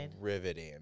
riveting